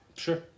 Sure